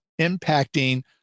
impacting